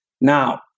Now